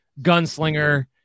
gunslinger